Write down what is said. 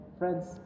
friends